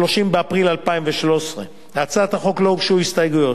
30 באפריל 2013. להצעת החוק לא הוגשו הסתייגויות.